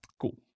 Cool